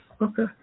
Okay